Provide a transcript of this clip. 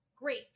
Great